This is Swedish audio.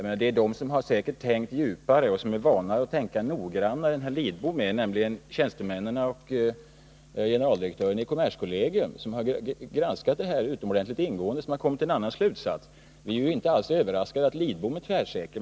Personer som har tänkt djupare än herr Lidbom, nämligen tjänstemännen och generaldirektören i kommerskollegium, som har granskat detta utomordentligt ingående, har kommit till en annan slutsats. Vi är inte alls överraskade över att herr Lidbom är tvärsäker.